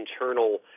internal